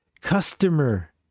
customer